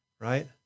right